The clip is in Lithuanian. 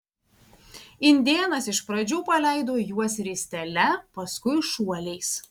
indėnas iš pradžių paleido juos ristele paskui šuoliais